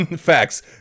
facts